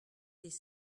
des